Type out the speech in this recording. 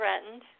threatened